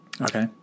okay